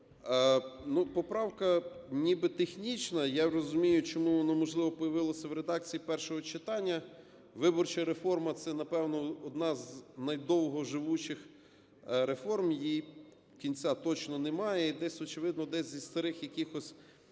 Р.М. Поправка ніби технічна. Я розумію, чому воно, можливо, появилось в редакції першого читання. Виборча реформа – це, напевно, одна з найдовго живучих реформ, їй кінця точно немає. І десь, очевидно, десь зі старих якихось